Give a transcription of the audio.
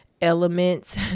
elements